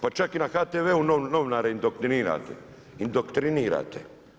Pa čak i na HTV-u novinare indoktrinirate.